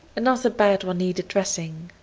another bad one needed dressing.